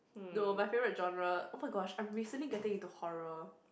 no my favourite genre oh-my-gosh I'm recently getting into horror